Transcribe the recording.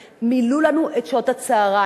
מילאו לנו את שעות הצהריים.